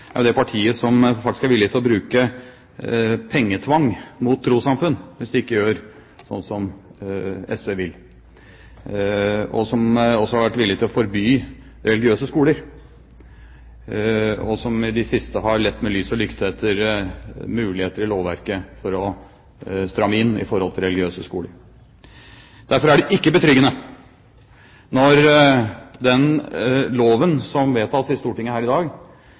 er jo det partiet som faktisk er villig til å bruke pengetvang mot trossamfunn hvis de ikke gjør som SV vil, som også har vært villig til å forby religiøse skoler, og som i det siste har lett med lys og lykte etter muligheter i lovverket for å stramme inn når det gjelder religiøse skoler. Derfor er det ikke betryggende når den loven som vedtas her i Stortinget i dag,